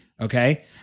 okay